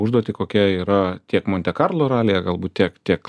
užduotį kokia yra tiek monte karlo ralyje galbūt tiek tiek